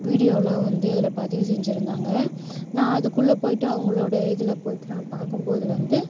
வீடியோலாம் வந்து அதில் பதிவு செஞ்சிருந்தாங்க நான் அதுக்குள்ளே போயிட்டு அவங்களோட இதில் போயிட்டு நான் பார்க்கும்போது வந்து